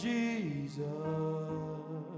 Jesus